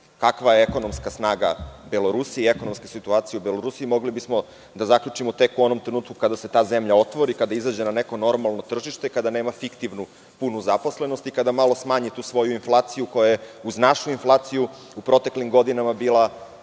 Kakva je ekonomska snaga Belorusije i ekonomska situacija u Belorusiji, mogli bismo da zaključimo tek u onom trenutku kada se ta zemlja otvori, kada izađe na neko normalno tržište, kada nema fiktivnu, punu zaposlenost i kada malo smanji tu svoju inflaciju koja je, uz našu inflaciju, u proteklim godinama bila